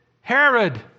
Herod